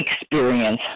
experience